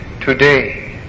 today